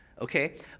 okay